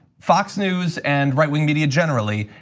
fox news, and right-wing media generally,